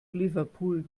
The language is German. liverpool